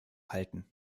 halten